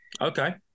okay